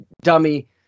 dummy